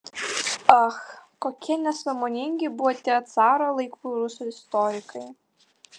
ach kokie nesąmoningi buvo tie caro laikų rusų istorikai